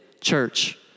church